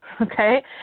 okay